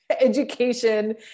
education